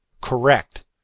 correct